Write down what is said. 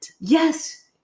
Yes